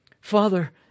Father